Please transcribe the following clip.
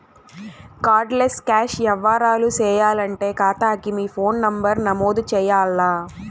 card less cash యవ్వారాలు సేయాలంటే కాతాకి మీ ఫోను నంబరు నమోదు చెయ్యాల్ల